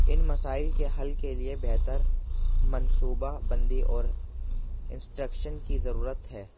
ان مسائل کے حل کے لیے بہتر منصوبہ بندی اور انسٹکشن کی ضرورت ہے